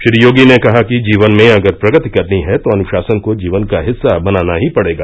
श्री योगी ने कहा कि जीवन में अगर प्रगति करनी है तो अनुशासन को जीवन का हिस्सा बनाना ही पड़ेगा